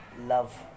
love